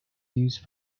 used